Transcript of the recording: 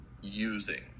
using